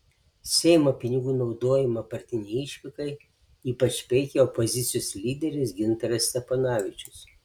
seimo pinigų naudojimą partinei išvykai ypač peikė opozicijos lyderis gintaras steponavičius